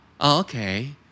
Okay